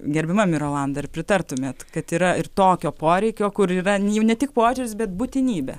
gerbiama mirolanda ar pritartumėt kad yra ir tokio poreikio kur yra jau ne tik požiūris bet būtinybė